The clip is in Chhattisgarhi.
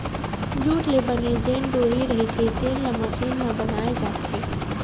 जूट ले बने जेन डोरी रहिथे तेन ल मसीन म बनाए जाथे